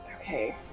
Okay